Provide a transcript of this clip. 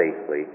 safely